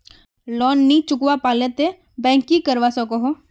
Loan नी चुकवा पालो ते बैंक की करवा सकोहो?